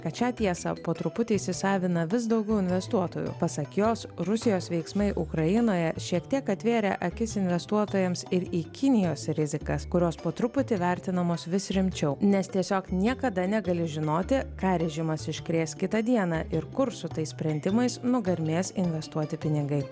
kad šią tiesą po truputį įsisavina vis daugiau investuotojų pasak jos rusijos veiksmai ukrainoje šiek tiek atvėrė akis investuotojams ir į kinijos rizikas kurios po truputį vertinamos vis rimčiau nes tiesiog niekada negali žinoti ką režimas iškrės kitą dieną ir kur su tais sprendimais nugarmės investuoti pinigai